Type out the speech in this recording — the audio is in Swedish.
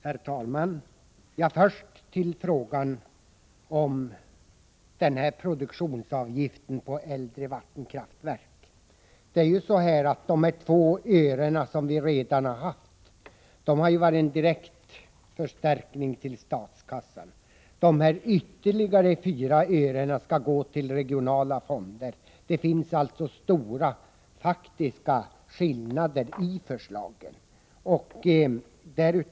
Herr talman! Först vill jag säga några ord om frågan om produktionsavgift på äldre vattenkraftverk. Den skatt på 2 öre som vi redan har haft har inneburit en direkt förstärkning av statskassan. De ytterligare 4 öre i skatt som vi nu föreslår skall gå till regionala fonder. Det finns alltså stora faktiska skillnader i förslagen.